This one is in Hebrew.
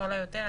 לכל היותר.